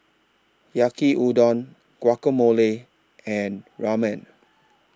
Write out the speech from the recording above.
Yaki Udon Guacamole and Ramen